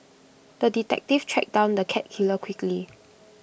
the detective tracked down the cat killer quickly